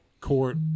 court